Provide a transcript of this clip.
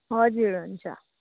हजुर हुन्छ